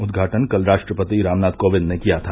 उद्घाटन कल राष्ट्रपति रामनाथ कोविन्द ने किया था